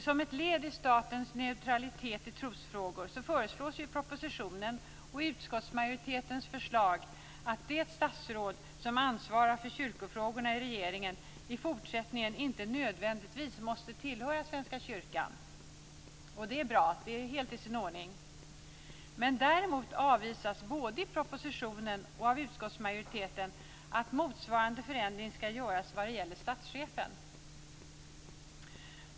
Som ett led i statens neutralitet i trosfrågor föreslås i propositionen och av utskottsmajoriteten att det statsråd som ansvarar för kyrkofrågorna i regeringen i fortsättningen inte nödvändigtvis måste tillhöra Svenska kyrkan. Det är bra. Det är helt i sin ordning. Däremot avvisas både i propositionen och av utskottsmajoriteten att motsvarande förändring skall göras vad gäller statschefen.